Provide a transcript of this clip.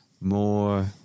More